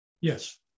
Yes